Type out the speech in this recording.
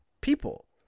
people